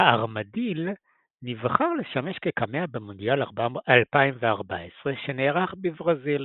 הארמדיל נבחר לשמש כקמע במונדיאל 2014 שנערך בברזיל,